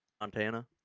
Montana